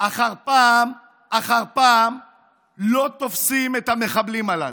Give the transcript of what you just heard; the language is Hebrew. אחר פעם אחר פעם לא תופסים את המחבלים הללו.